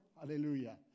Hallelujah